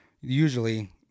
usually